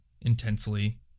intensely